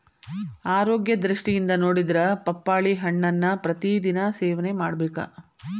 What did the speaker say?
ಆರೋಗ್ಯ ದೃಷ್ಟಿಯಿಂದ ನೊಡಿದ್ರ ಪಪ್ಪಾಳಿ ಹಣ್ಣನ್ನಾ ಪ್ರತಿ ದಿನಾ ಸೇವನೆ ಮಾಡಬೇಕ